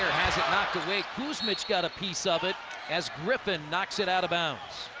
has it knocked away. kuzmic got a piece of it as griffin knocks it out of bounds.